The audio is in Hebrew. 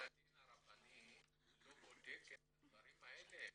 אבל בית הדין הרבני לא בודק את הדברים האלה?